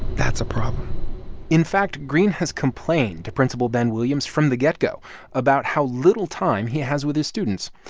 that's a problem in fact, greene has complained to principal ben williams from the get-go about how little time he has with his students.